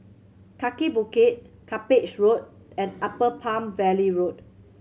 Kaki Bukit Cuppage Road and Upper Palm Valley Road